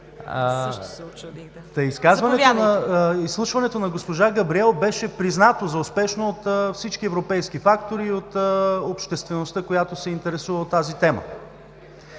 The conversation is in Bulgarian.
поисках думата. Изслушването на госпожа Габриел беше признато за успешно от всички европейски фактори и от обществеността, която се интересува от тази тема.